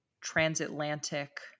transatlantic